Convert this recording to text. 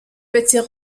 petits